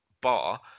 bar